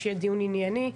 שיהיה דיון ענייני.